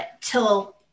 till